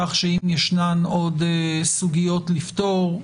כך שאם ישנן עוד סוגיות לפתור,